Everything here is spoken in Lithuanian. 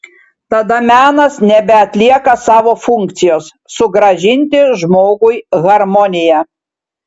tada menas nebeatlieka savo funkcijos sugrąžinti žmogui harmoniją